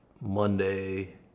Monday